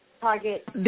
Target